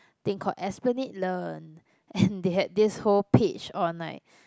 thing called Esplanade-learn and they had this whole page on like